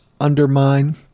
undermine